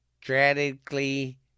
strategically